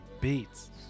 beats